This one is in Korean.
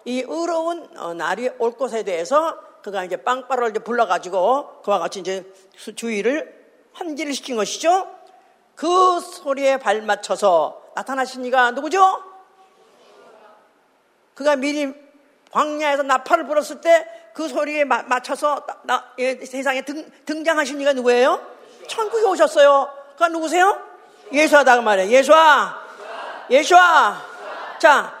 이 의로운, 어, 날이 올 것에 대해서 그가 이제 빵바로를 이제 불러가지고 그와 같이 이제 수- 주의를 환기를 시킨 것이죠. 그 소리에 발맞춰서 나타나신 이가 누구죠? 그가 미리 광야에서 나팔을 불었을 때 그 소리에 마- 맞춰서 나- 나- 이 세상에 등- 등장하신 이가 누구예요? 천국에 오셨어요. 그가 누구세요? 예수하다 그 말이에요. 예수아! 예수아! 자,